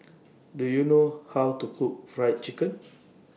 Do YOU know How to Cook Fried Chicken